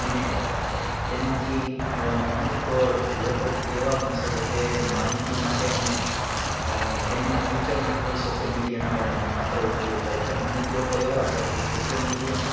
અને તેમાંથી અમુક લોકો એવા પણ છે જેતે માહિતી માટે અને તેમના ફ્યુચર માટે પણ સોશ્યલ મીડિયાનો માત્ર ઉપયોગ કરે છે અને અમુક લોકો એવા છેકે જે સોશ્યલ મીડિયાનો